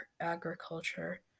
agriculture